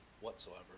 whatsoever